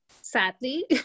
sadly